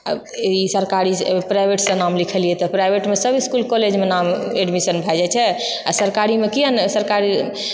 ई सरकारी प्राइवेटसँ नाम लिखेलियै तऽ प्राइवेटमे सब इसकुल कॉलेजमे नाम एडमिशन भए जाइत छै आ सरकारीमे किआ नहि सरकार